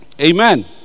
Amen